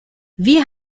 wie